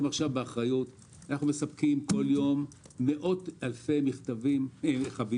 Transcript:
אנחנו מספקים כל יום מאות אלפי חבילות